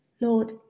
Lord